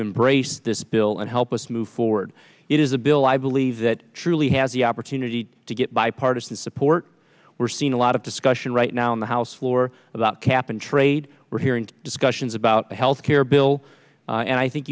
embrace this bill and help us move forward it is a bill i believe that truly has the opportunity to get bipartisan support we're seeing a lot of discussion right now in the house floor about cap and trade we're hearing discussions about the health care bill and i think